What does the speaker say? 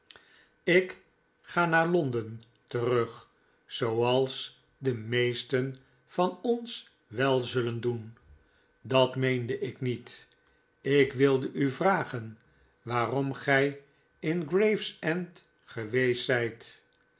ik ga naar londen terug zooals de meesten van ons wel zullen doen dat meende ik niet ik wilde u vragen waarom gij in gravesend geweest zijt